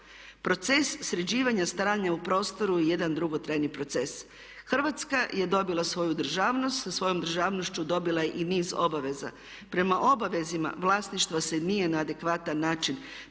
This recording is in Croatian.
Proces sređivanja stanja u prostoru je jedan dugotrajni proces. Hrvatska je dobila svoju državnost. Sa svojom državnošću dobila je i niz obaveza. Prema obavezama vlasništvo se nije na adekvatan način